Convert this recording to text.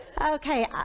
Okay